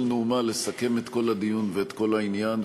נאומה לסכם את כל הדיון ואת כל העניין,